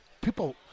people